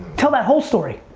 tell that whole story.